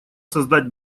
создать